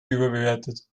überbewertet